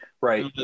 right